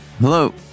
hello